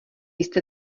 jste